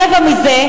רבע מזה,